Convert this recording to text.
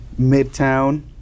Midtown